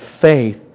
faith